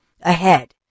ahead